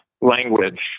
language